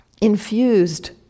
infused